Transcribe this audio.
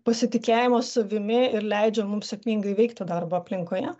pasitikėjimo savimi ir leidžia mums sėkmingai veikti darbo aplinkoje